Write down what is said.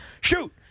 shoot